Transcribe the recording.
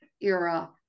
era